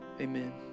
Amen